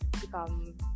become